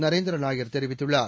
நரேந்திர நாயர் தெரிவித்துள்ளார்